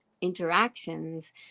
interactions